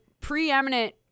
preeminent